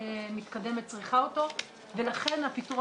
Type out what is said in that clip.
אני מתכבדת לפתוח את ישיבת ועדת הפנים והגנת הסביבה.